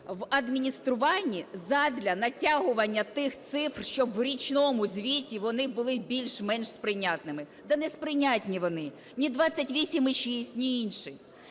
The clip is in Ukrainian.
в адмініструванні задля "натягування" тих цифр, щоб в річному звіті вони були більш-менш прийнятними. Та неприйнятні вони, ні 28,6, ні інші.